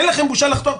אין לכם בושה לחתום?